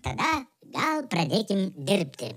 tada gal pradėkim dirbti